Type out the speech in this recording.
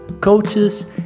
coaches